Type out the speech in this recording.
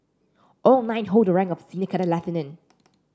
all nine hold the rank of senior cadet lieutenant